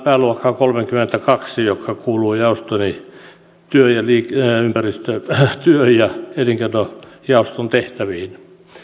pääluokkaan kolmekymmentäkaksi joka kuuluu jaostoni työ ja työ ja elinkeinojaoston tehtäviin